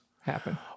happen